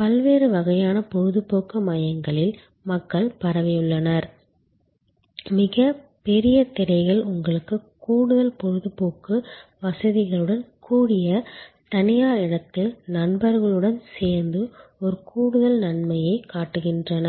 பல்வேறு வகையான பொழுதுபோக்கு மையங்களில் மக்கள் பரவியுள்ளனர் மிகப் பெரிய திரைகள் உங்களுக்கு கூடுதல் பொழுதுபோக்கு வசதிகளுடன் கூடிய தனியார் இடத்தில் நண்பர்களுடன் சேர்ந்து ஒரு கூடுதல் நன்மையைக் காட்டுகின்றன